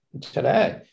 today